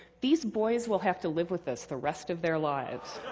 these boys will have to live with this the rest of their lives.